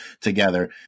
together